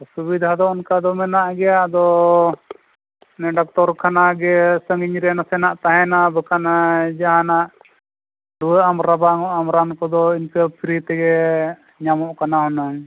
ᱚᱥᱩᱵᱤᱫᱷᱟ ᱫᱚ ᱚᱱᱠᱟ ᱢᱮᱱᱟᱜ ᱜᱮᱭᱟ ᱟᱫᱚ ᱚᱱᱮ ᱰᱟᱠᱛᱚᱨ ᱠᱷᱟᱱᱟ ᱜᱮ ᱥᱟᱺᱜᱤᱧ ᱨᱮ ᱱᱟᱥᱮ ᱱᱟᱜ ᱛᱟᱦᱮᱱᱟ ᱵᱟᱠᱷᱟᱱ ᱡᱟᱦᱟᱸ ᱱᱟᱦᱟᱜ ᱨᱩᱣᱟᱹᱜ ᱟᱢ ᱨᱟᱵᱟᱝ ᱜᱚᱜᱼᱟᱢ ᱨᱟᱱ ᱠᱚᱫᱚ ᱤᱱᱠᱟᱹ ᱯᱷᱤᱨᱤ ᱛᱮᱜᱮ ᱧᱟᱢᱚᱜ ᱠᱟᱱᱟ ᱦᱩᱱᱟᱹᱝ